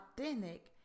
authentic